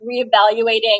reevaluating